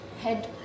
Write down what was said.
head